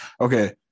Okay